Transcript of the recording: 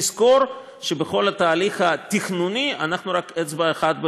תזכור שבכל התהליך התכנוני אנחנו רק אצבע אחת בוועדה.